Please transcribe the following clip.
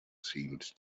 seemed